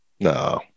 No